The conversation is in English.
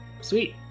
Sweet